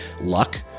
luck